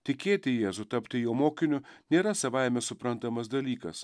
tikėti į jėzų tapti jo mokiniu nėra savaime suprantamas dalykas